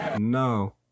No